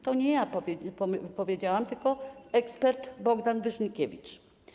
To nie ja powiedziałam, tylko ekspert Bohdan Wyżnikiewicz.